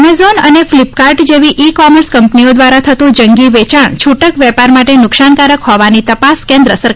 Amazon અને Flipkart જેવી e commerce કંપનીઓ દ્વારા થતું જંગી વેચાણ છુટક વેપાર માટે નુકશાનકારક હોવાની તપાસ કેન્ સરકારે શરુ કરી છે